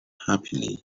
happily